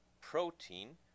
protein